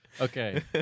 Okay